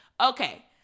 Okay